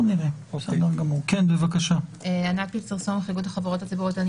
אני מאיגוד החברות הציבוריות.